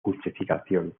justificación